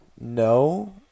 no